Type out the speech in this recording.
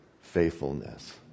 faithfulness